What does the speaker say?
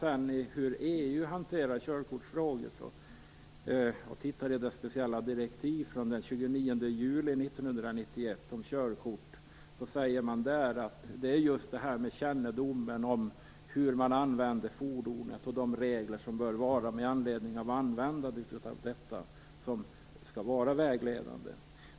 Vad gäller EU:s hantering av körkortsfrågor säger man i det speciella direktivet från den 29 juli 1991 om körkort att kännedom om hur fordonet används och de regler som bör finnas med anledning av användandet skall vara vägledande.